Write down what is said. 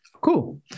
Cool